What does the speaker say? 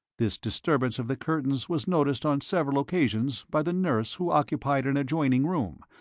this disturbance of the curtains was noticed on several occasions by the nurse who occupied an adjoining room,